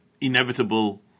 inevitable